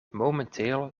momenteel